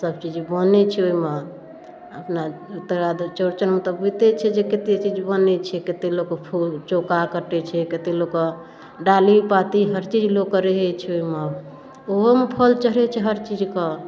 सबचीज बनै छै ओहिमे अपना तकर बाद चौरचनमे तऽ बुझिते छिए जे कतेक चीज बनै छै लोकके फूल चौका कटै छै कतेक लोकके डाली पाती हर चीज लोकके रहै छै ओहिमे ओहोमे फल चढ़ै छै हर चीजके